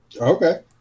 okay